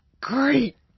great